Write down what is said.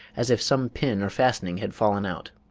as if some pin or fastening had fallen out.